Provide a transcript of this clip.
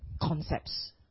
Concepts